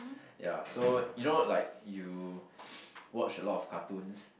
ya so you know like you watch a lot of cartoons